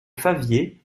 favier